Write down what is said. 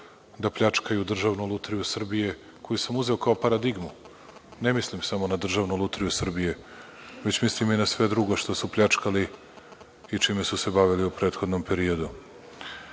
da pljačkaju Državnu lutriju Srbije, koju sam uzeo kao paradigmu, ne mislim samo na Državnu lutriju Srbije, već mislim i na sve drugo što su pljačkali i čime su se bavili u prethodnom periodu.